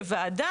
כוועדה,